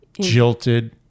jilted